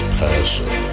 passion